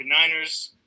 49ers